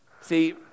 See